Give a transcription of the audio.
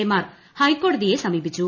എമാർ ഹൈക്കോടതിയെ സമീപിച്ചു